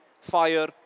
fire